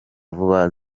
vuba